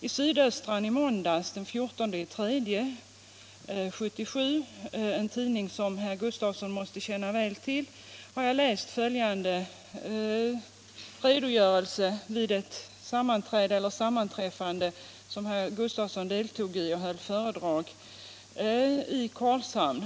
I Sydöstran — en tidning som herr Gustafsson måste känna väl till - i måndags, den 14 mars 1977, läste jag en redogörelse för en sammankomst som herr Gustafsson deltog i och höll ett föredrag vid i Karlshamn.